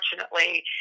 unfortunately